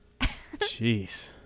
Jeez